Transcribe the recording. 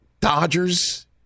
Dodgers